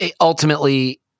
ultimately